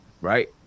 right